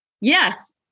Yes